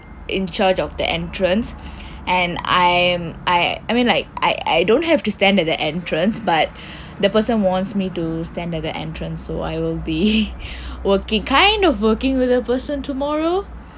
in charge of the entrance and I am I I mean like I I don't have to stand at the entrance but the person wants me to stand at the entrance so I will be working kind of working with the person tomorrow